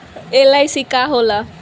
LIC का होला?